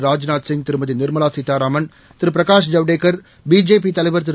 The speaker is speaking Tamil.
ராஜ்நாத் சிங் திருமதி நிர்மலாசீதாராமன் திரு பிரகாஷ் ஜவ்டேகர் பிஜேபிதலைவர் திரு